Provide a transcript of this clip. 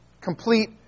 Complete